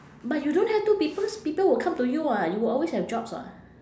but you don't have to because people will come to you [what] you will always have jobs [what]